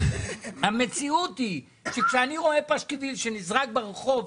המציאות היא שכשאני רואה פשקוויל שנזרק ברחוב,